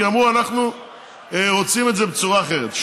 כי אמרו: אנחנו רוצים את זה בצורה אחרת.